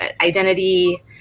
identity